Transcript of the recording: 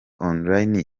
online